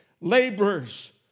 laborers